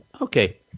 Okay